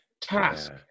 task